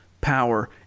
power